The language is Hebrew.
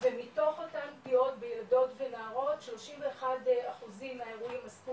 ומתוך אותן פגיעות בילדות ונערות 31 אחוזים מהאירועים עסקו